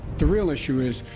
the real issue is,